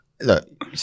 Look